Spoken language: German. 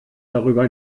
darüber